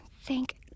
thank